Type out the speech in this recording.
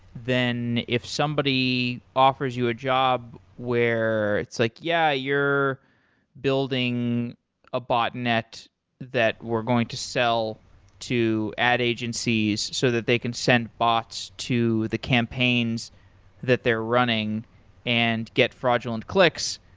then if somebody offers you a job where it's like, yeah, you're building a botnet that we're going to sell to ad agencies so that they can send bots to the campaigns that they're running and get fraudulent clicks.